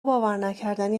باورنکردنی